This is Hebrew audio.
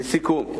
לסיכום,